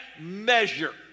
measure